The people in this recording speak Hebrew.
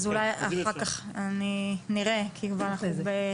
אז אולי אחר-כך כי אנחנו כבר בקוצר זמן.